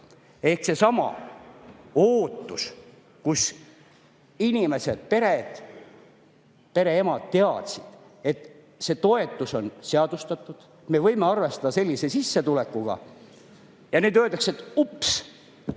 Ehk seesama ootus, kus inimesed, pered, pereemad teadsid, et see toetus on seadustatud, me võime arvestada sellise sissetulekuga. Ja nüüd öeldakse: ups!,